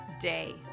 Day